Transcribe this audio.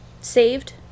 Saved